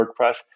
WordPress